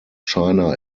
china